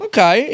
Okay